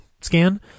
scan